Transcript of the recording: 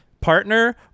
partner